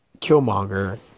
Killmonger